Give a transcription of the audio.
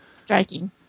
striking